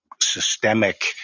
systemic